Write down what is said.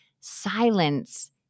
Silence